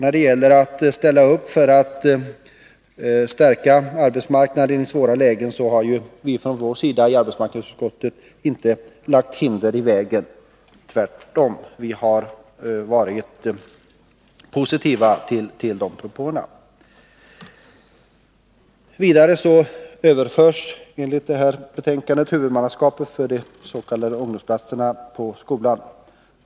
När det gäller att ställa upp för att stärka arbetsmarknaden i svåra lägen har vi från vår sida i arbetsmarknadsutskottet inte lagt hinder i vägen — tvärtom. Vi har varit positiva till de propåerna. Vidare överförs enligt propositionen huvudmannaskapet för de s.k. ungdomsplatserna på skolan.